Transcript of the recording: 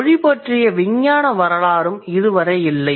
மொழி பற்றிய விஞ்ஞான வரலாறும் இதுவரை இல்லை